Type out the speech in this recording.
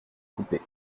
couper